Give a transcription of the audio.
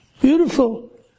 Beautiful